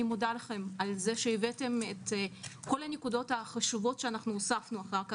אני מודה לכם שהבאתם את כל הנקודות החשובות שהוספנו אחר כך,